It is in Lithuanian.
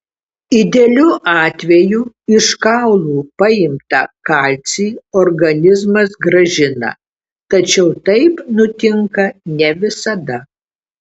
idealiu atveju iš kaulų paimtą kalcį organizmas grąžina tačiau taip nutinka ne visada